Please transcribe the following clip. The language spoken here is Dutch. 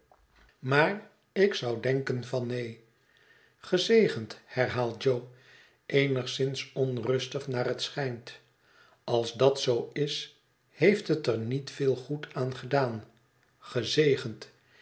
maar ik zou denken van neen gezegend herhaalt jo eenigszins onrustig naar het schijnt als dat zoo is heeft het er niet veel goed aan gedaan gezegend